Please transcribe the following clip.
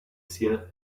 seer